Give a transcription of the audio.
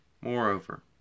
Moreover